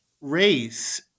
race